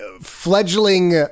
fledgling